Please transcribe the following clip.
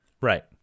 right